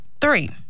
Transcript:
three